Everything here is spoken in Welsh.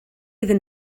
iddyn